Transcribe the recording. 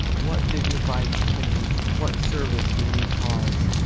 what dignified attendants, what service when we pause!